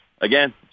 again